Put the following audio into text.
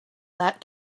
that